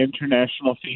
international